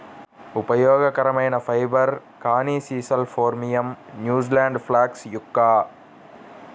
ఉపయోగకరమైన ఫైబర్, కానీ sisal phormium, New Zealand flax yucca